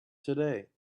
today